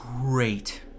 Great